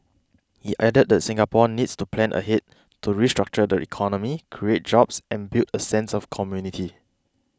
he added that Singapore needs to plan ahead to restructure the economy create jobs and build a sense of community